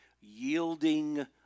yielding